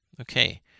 okay